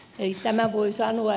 eli tämän voin sanoa